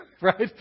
Right